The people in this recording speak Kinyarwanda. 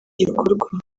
gikorwa